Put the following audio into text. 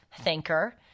thinker